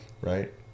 Right